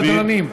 סדרנים,